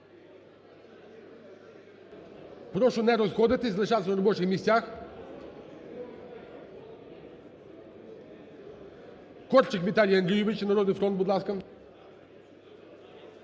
Прошу не розходитися, залишатись на робочих місцях. Корчик Віталій Андрійович, "Народний фронт", будь ласка.